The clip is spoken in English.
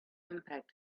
impact